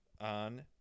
on